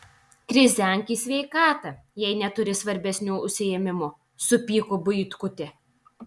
krizenk į sveikatą jei neturi svarbesnių užsiėmimų supyko buitkutė